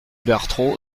bertraud